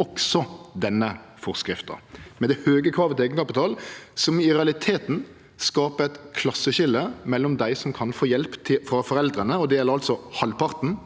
av denne forskrifta med det høge kravet til eigenkapital, som i realiteten skaper eit klasseskilje mellom dei som kan få hjelp frå foreldra – og det gjeld altså halvparten